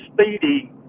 Speedy